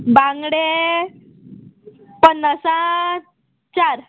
बांगडे पन्नासाक चार